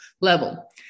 level